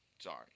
Sorry